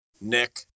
Nick